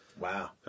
Wow